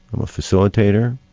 i'm a facilitator,